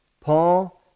Paul